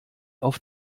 auf